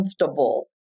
comfortable